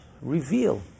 reveal